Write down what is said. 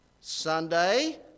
Sunday